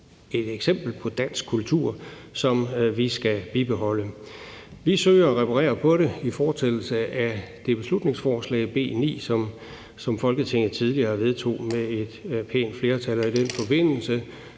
et eksempel på dansk kultur, som vi skal bibeholde. Vi søger at reparere på det i fortsættelse af det beslutningsforslag B 9, som Folketinget tidligere vedtog med et pænt flertal, og i den forbindelse